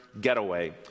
getaway